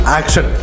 action